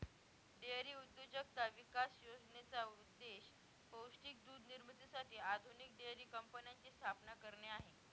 dairy उद्योजकता विकास योजनेचा उद्देश पौष्टिक दूध निर्मितीसाठी आधुनिक डेअरी कंपन्यांची स्थापना करणे आहे